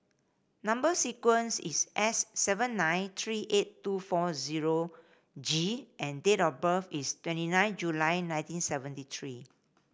number sequence is S seven nine three eight two four zero G and date of birth is twenty nine July nineteen seventy three